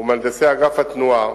ומהנדסי אגף התנועה